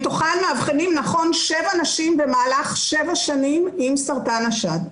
מתוכן מאבחנים נכון שבע נשים במהלך שבע שנים עם סרטן השד.